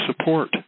support